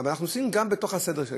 אבל אנחנו עושים גם בתוך הסדר,